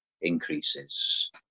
increases